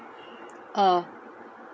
uh